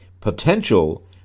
potential